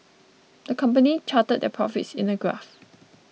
the company charted their profits in a graph